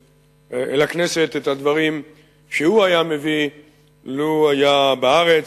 הכנסת את הדברים שהוא היה מביא לו היה בארץ.